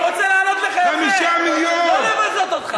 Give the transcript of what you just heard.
אני רוצה לענות לך יפה, לא לבזות אותך.